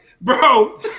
bro